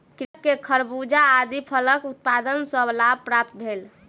कृषक के खरबूजा आदि फलक उत्पादन सॅ लाभ प्राप्त भेल